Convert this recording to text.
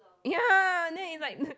ya then is like